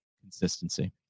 Consistency